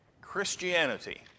Christianity